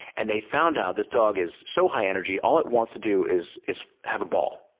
and they found out this dog is so high energy, all it wants to do is is have a ball.